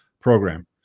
program